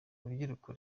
rubyiruko